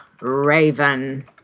raven